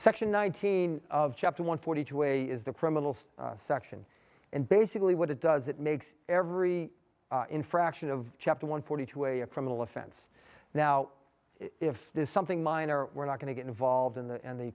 section nineteen of chapter one forty two a is the criminals section and basically what it does it makes every infraction of chapter one forty two a a criminal offense now if this something minor we're not going to get involved in the in the